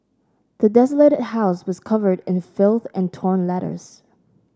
the desolated house was covered in filth and torn letters